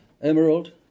emerald